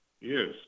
Yes